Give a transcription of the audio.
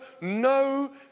no